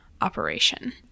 operation